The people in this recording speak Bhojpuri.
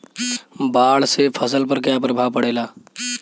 बाढ़ से फसल पर क्या प्रभाव पड़ेला?